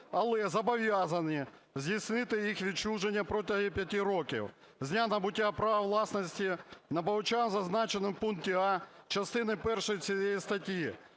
але зобов’язані здійснити їх відчуження протягом п’яти років з дня набуття права власності, набувачам зазначеним в пункті «а» частини першої цієї статті.